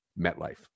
MetLife